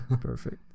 Perfect